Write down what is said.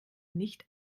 nicht